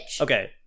Okay